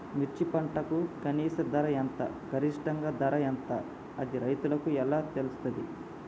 మిర్చి పంటకు కనీస ధర ఎంత గరిష్టంగా ధర ఎంత అది రైతులకు ఎలా తెలుస్తది?